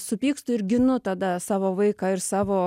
supykstu ir ginu tada savo vaiką ir savo